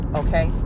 okay